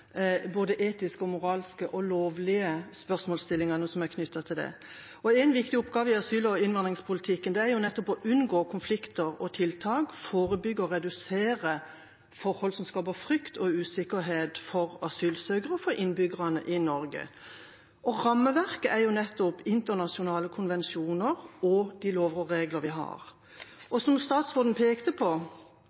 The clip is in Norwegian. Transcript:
både etiske, moralske og lovlige spørsmålsstillingene som er knyttet til det. En viktig oppgave i asyl- og innvandringspolitikken er nettopp å unngå konflikter og tiltak, forebygge og redusere forhold som skaper frykt og usikkerhet for asylsøkere og for innbyggerne i Norge. Rammeverket er jo nettopp internasjonale konvensjoner og de lover og regler vi har. Som statsråden pekte på,